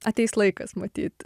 ateis laikas matyt